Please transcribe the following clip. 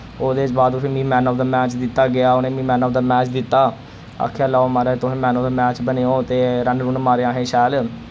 और ते इस बात पर फ्ही मि मैन आफ दा मैच दित्ता गेआ उ'नें मि मैन आफ दा मैच दित्ता आखेआ लैओ माराज तुस मैन आफ दा मैच बने ओ ते रन रुन मारे असें शैल